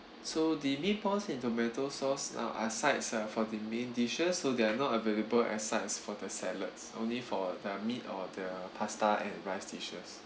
so the meatballs in tomato sauce ah are sides uh for the main dishes so they are not available as sides for the salads only for the meat or the pasta and rice dishes